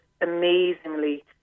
amazingly